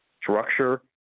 structure